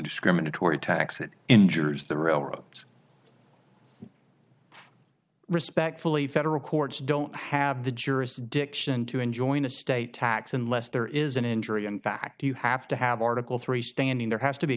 discriminatory tax that injures the railroads respectfully federal courts don't have the jurisdiction to enjoin a state tax unless there is an injury in fact you have to have article three standing there has to be a